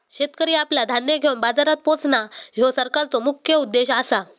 शेतकरी आपला धान्य घेवन बाजारात पोचणां, ह्यो सरकारचो मुख्य उद्देश आसा